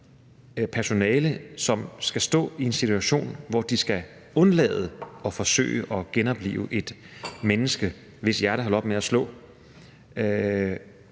personale, som vil stå i en situation, hvor de skal undlade at forsøge at genoplive et menneske, hvis hjerte er holdt op med at slå,